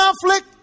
conflict